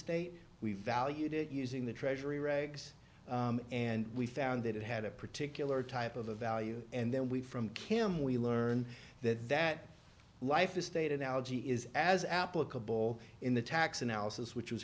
state we valued it using the treasury regs and we found that it had a particular type of a value and then we from kim we learned that that life estate analogy is as applicable in the tax analysis which was